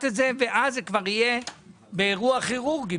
למה אין ביטוח ברשויות המקומיות,